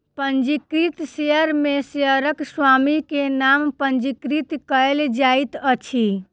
पंजीकृत शेयर में शेयरक स्वामी के नाम पंजीकृत कयल जाइत अछि